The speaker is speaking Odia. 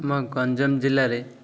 ଆମ ଗଞ୍ଜାମ ଜିଲ୍ଲାରେ